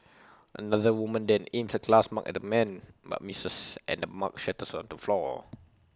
another woman then aims A glass mug at the man but misses and the mug shatters on the floor